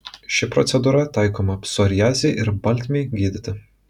ši procedūra taikoma psoriazei ir baltmei gydyti